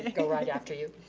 ah go right after you.